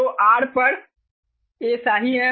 तो R पर A शाही है